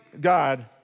God